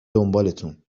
دنبالتون